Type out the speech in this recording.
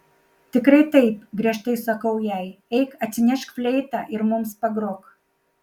tikrai taip griežtai sakau jai eik atsinešk fleitą ir mums pagrok